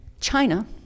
China